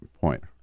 point